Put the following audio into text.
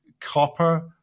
Copper